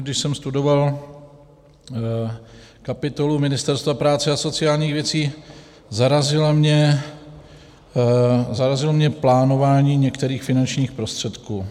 Když jsem studoval kapitolu Ministerstva práce a sociálních věcí, zarazilo mě plánování některých finančních prostředků.